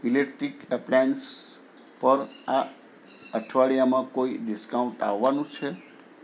electric appliance પર આ અઠવાડીયામાં કોઈ ડિસ્કાઉન્ટ આવવાનું છે